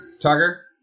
Tucker